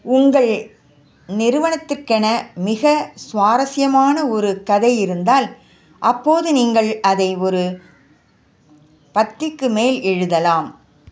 உங்கள் நிறுவனத்திற்கென மிக சுவாரஸ்யமான ஒரு கதை இருந்தால் அப்போது நீங்கள் அதை ஒரு பத்திக்கு மேல் எழுதலாம்